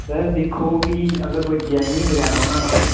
sir दिक्खो कि अगर कोई डिजाइनिंग बगैरा बनाना ना